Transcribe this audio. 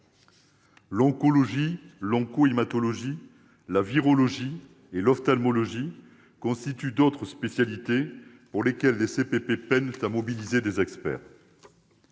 L'oncologie, l'oncohématologie, la virologie et l'ophtalmologie constituent d'autres spécialités pour lesquelles des CPP peinent à mobiliser des experts.